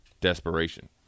desperation